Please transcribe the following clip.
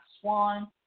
Swan